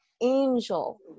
angel